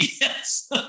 yes